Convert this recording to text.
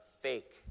fake